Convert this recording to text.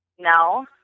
No